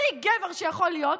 הכי גבר שיכול להיות,